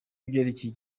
ivyerekeye